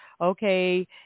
Okay